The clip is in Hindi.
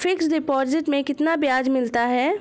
फिक्स डिपॉजिट में कितना ब्याज मिलता है?